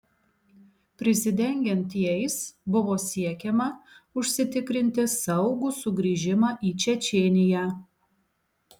prisidengiant jais buvo siekiama užsitikrinti saugų sugrįžimą į čečėniją